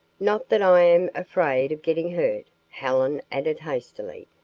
not that i am afraid of getting hurt, helen added hastily,